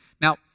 Now